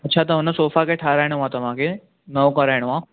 अच्छ त हुन सोफा खे ठहिराइणो आहे तव्हांखे नवो कराइणो आहे